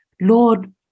Lord